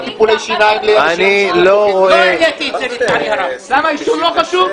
אני לא רואה --- למה, העישון לא חשוב?